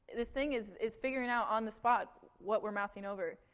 this thing is is figuring out on the spot what we're mousing over.